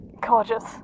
Gorgeous